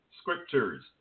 scriptures